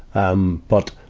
um, but,